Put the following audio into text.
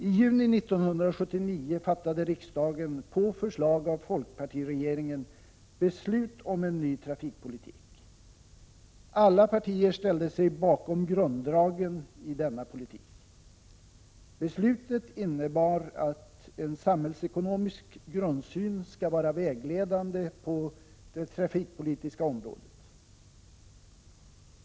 I juni 1979 fattade riksdagen, på förslag av folkpartiregeringen, beslut om en ny trafikpolitik. Alla partier ställde sig bakom grunddragen i denna politik. Beslutet innebar att en samhällsekonomisk grundsyn skall vara vägledande på det trafikpolitiska området.